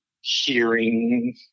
hearing